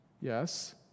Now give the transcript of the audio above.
yes